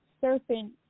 serpent